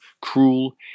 cruel